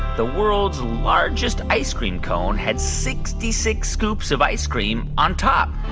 the world's largest ice cream cone had sixty six scoops of ice cream on top?